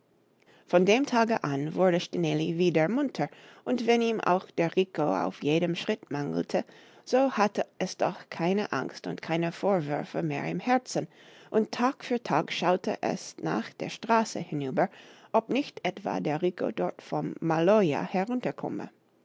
von dem tage an wurde stineli wieder munter und wenn ihm auch der rico auf jedem schritt mangelte so hatte es doch keine angst und keine vorwürfe mehr im herzen und tag für tag schaute es nach der straße hinüber ob nicht etwa der rico dort vom maloja herunterkomme